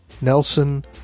Nelson